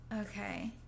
Okay